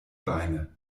beine